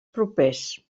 propers